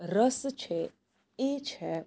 રસ છે એ છે